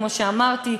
כמו שאמרתי,